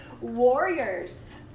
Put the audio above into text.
warriors